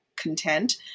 content